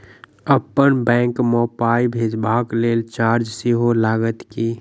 अप्पन बैंक मे पाई भेजबाक लेल चार्ज सेहो लागत की?